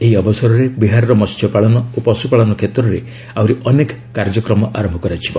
ଏହି ଅବସରରେ ବିହାରର ମସ୍ୟପାଳନ ଓ ପଶୁ ପାଳନ କ୍ଷେତ୍ରରେ ଆହୁରି ଅନେକ କାର୍ଯ୍ୟକ୍ରମ ଆରମ୍ଭ କରାଯିବ